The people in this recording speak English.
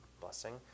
blessing